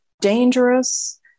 dangerous